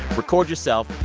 record yourself.